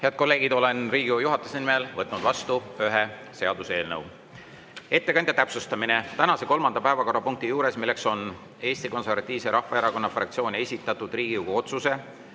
Head kolleegid, olen Riigikogu juhatuse nimel vastu võtnud ühe seaduseelnõu. Ettekandja täpsustamine: tänase kolmanda päevakorrapunkti juures, milleks on Eesti Konservatiivse Rahvaerakonna fraktsiooni esitatud Riigikogu otsuse